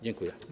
Dziękuję.